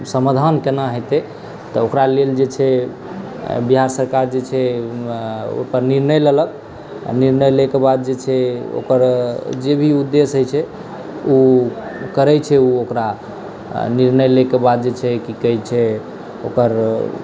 समाधान केना हेतै तऽ ओकरा लेल जे छै बिहार सरकार जे छै ओहिपर निर्णय लेलक आ निर्णय लय के बाद जे छै ओकर जे भी उदेश्य होइत छै ओ करैत छै ओ ओकरा आ निर्णय लय के बाद जे छै की कहैत छै ओकर